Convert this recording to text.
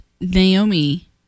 Naomi